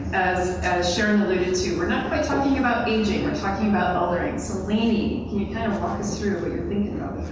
as as sharron alluded to. we're not quite talking about aging. we're talking about eldering. so lainey, can you kind of walk us through what you're thinking